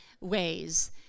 ways